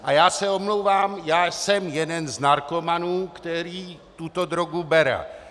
A já se omlouvám, já jsem jeden z narkomanů, který tuto drogu bere.